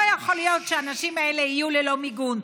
לא יכול להיות שהאנשים האלה יהיו ללא מיגון.